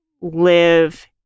live